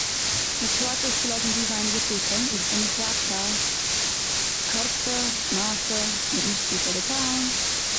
מ'טרייט אויס צו לאזן ווי ווייניגער פרטים, און מ'שרייבט א קורצע מעשה. מיט נישט צופיל דעטאלן.